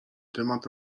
temat